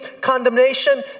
condemnation